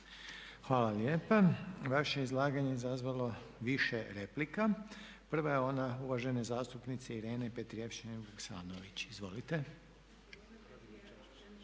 Hvala lijepa. Vaše izlaganje je izazvalo više replika. Prva je ona uvažene zastupnice Irene Petrijevčanin Vuksanović, izvolite.